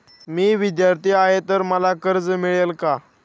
मी विद्यार्थी आहे तर मला कर्ज मिळेल का?